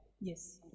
Yes